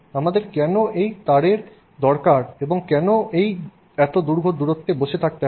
আমাদের কেন এই তারের দরকার এবং কেন এত দীর্ঘ দূরত্বে বসে থাকতে হবে